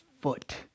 foot